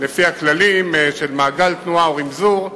לפי הכללים של מעגל תנועה ורמזור,